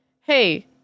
hey